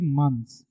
months